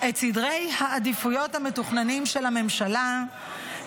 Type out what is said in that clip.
את סדרי העדיפויות המתוכננים של הממשלה,